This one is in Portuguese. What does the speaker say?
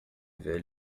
velha